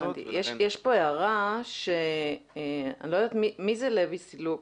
יש כאן הערה שקיבלנו מלוי סילוק.